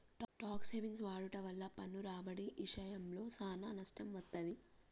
talks హెవెన్సి వాడుట వల్ల పన్ను రాబడి ఇశయంలో సానా నష్టం వత్తది